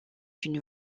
une